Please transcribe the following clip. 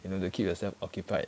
you know to keep yourself occupied